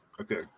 okay